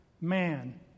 man